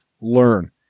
Learn